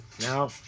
Now